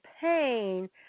pain